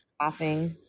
laughing